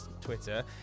Twitter